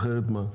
אחרת מה?